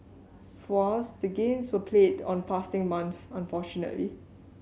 for us the games were played on fasting month unfortunately